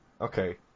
Okay